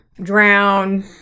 Drown